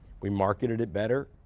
we marketed it better,